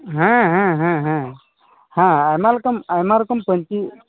ᱦᱮᱸ ᱦᱮᱸ ᱦᱮᱸ ᱦᱮᱸ ᱦᱮᱸ ᱟᱭᱢᱟ ᱨᱚᱠᱚᱢ ᱟᱭᱢᱟ ᱨᱚᱠᱚᱢ ᱯᱟᱹᱧᱪᱤ